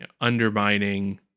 undermining